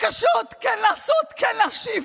הקשות, כן לעשות, כן להשיב,